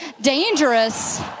dangerous